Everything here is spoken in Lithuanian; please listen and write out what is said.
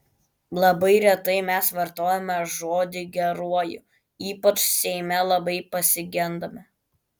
labai retai mes vartojame žodį geruoju ypač seime labai pasigendame